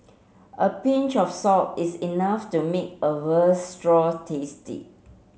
a pinch of salt is enough to make a veal tasty